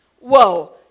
whoa